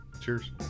Cheers